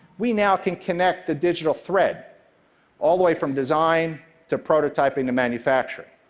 we now can connect the digital thread all the way from design to prototyping to manufacturing,